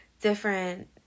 different